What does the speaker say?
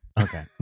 Okay